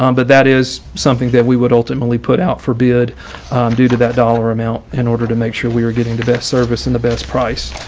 um but that is something that we would ultimately put out for bid due to that dollar amount in order to make sure we are getting the best service in the best price.